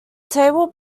table